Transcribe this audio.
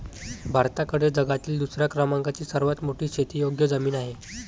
भारताकडे जगातील दुसऱ्या क्रमांकाची सर्वात मोठी शेतीयोग्य जमीन आहे